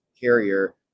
carrier